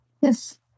Yes